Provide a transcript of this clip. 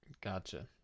gotcha